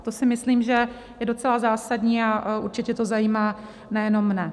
To si myslím, že je docela zásadní, a určitě to zajímá nejenom mne.